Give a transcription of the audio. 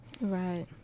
Right